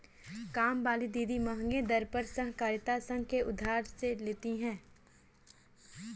कामवाली दीदी महंगे दर पर सहकारिता संघ से उधार लेती है